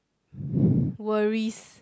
worries